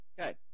Okay